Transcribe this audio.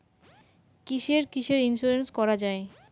কিসের কিসের ইন্সুরেন্স করা যায়?